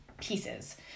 pieces